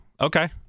Okay